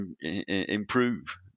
improve